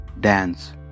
dance